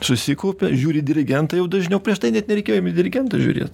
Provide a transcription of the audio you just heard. susikaupia žiūri dirigentai jau dažniau prieš tai net nereikėjo jiem į dirigentus žiūrėt